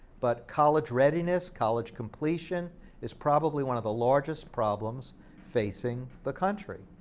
but college readiness, college completion is probably one of the largest problems facing the country.